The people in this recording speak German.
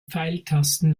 pfeiltasten